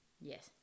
Yes